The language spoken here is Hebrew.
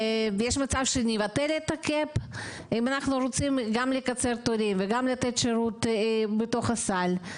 ואנחנו רוצים לקצר תורים וגם לתת שירות בתוך הסל,